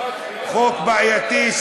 חוק בעייתי,